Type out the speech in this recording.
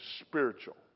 spiritual